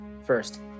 First